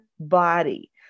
body